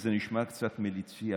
וזה נשמע קצת מליצי,